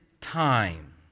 time